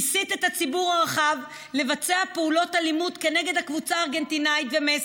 והסית את הציבור הרחב לבצע פעולות אלימות כנגד הקבוצה הארגנטינאית ומסי.